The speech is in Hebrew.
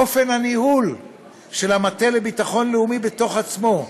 אופן הניהול של המטה לביטחון לאומי בתוך עצמו,